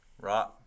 right